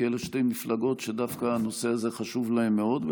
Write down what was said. כי אלה שתי מפלגות שדווקא הנושא הזה חשוב להן מאוד.